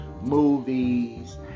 movies